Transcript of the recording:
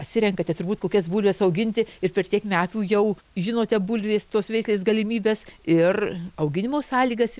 atsirenkate turbūt kokias bulves auginti ir per tiek metų jau žinote bulvės tos veislės galimybes ir auginimo sąlygas